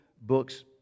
books